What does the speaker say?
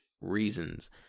reasons